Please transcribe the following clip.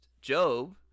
Job